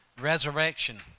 Resurrection